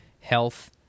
health